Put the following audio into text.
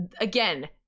again